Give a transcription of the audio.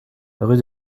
rue